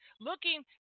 looking